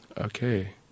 Okay